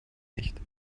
nicht